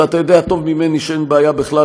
ואתה יודע טוב ממני שאין בעיה בכלל,